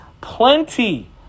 plenty